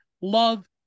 love